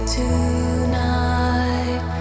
tonight